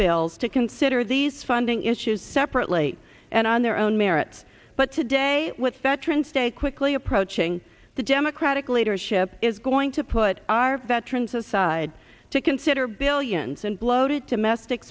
bills to consider these funding issues separately and on their own merits but today with veterans day quickly approaching the democratic leadership is going to put our veterans aside to consider billions and bloated domestic